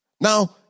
Now